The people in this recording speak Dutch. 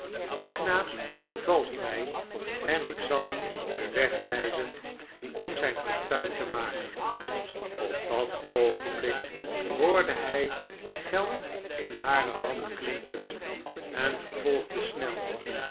de knaap bevalt mij en ik zal hem den weg wijzen om zijn fortuin te maken op dat oogenblik hoorde hij geld in hare hand klinken en vervolgde snel